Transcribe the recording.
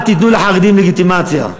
אל תיתנו לחרדים לגיטימציה.